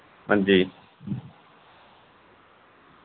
हांजी